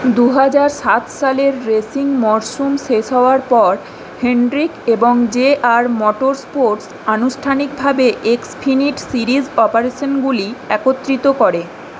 দু হাজার সাত সালের রেসিং মরশুম শেষ হওয়ার পর হেন্ড্রিক এবং জেআর মোটরস্পোর্টস আনুষ্ঠানিকভাবে এক্সফিনিট সিরিজ অপারেশনগুলি একত্রিত করে